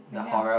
maybe I